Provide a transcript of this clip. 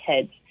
kids